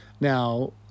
Now